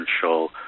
potential